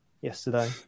yesterday